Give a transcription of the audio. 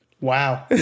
Wow